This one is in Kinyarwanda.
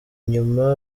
inyuma